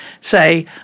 say